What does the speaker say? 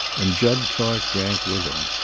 and jud clark drank with him.